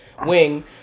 wing